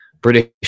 British